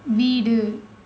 வீடு